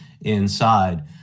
inside